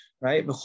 right